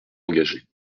engagé